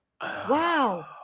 Wow